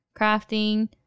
crafting